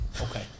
Okay